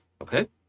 Okay